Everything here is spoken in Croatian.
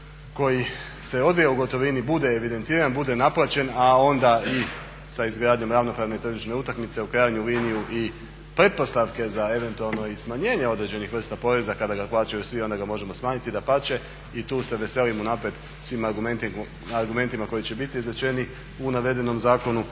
koji se odvija u gotovini bude evidentiran, bude naplaćen, a onda i sa izgradnjom ravnopravne tržišne utakmice u krajnju liniju i pretpostavke za eventualno i smanjenje određenih vrsta poreza kada ga plaćaju svi onda ga možemo smanjiti. Dapače i tu se veselim unaprijed svim argumentima koji će biti izrečeni u navedenom zakonu,